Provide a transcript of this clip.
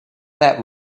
that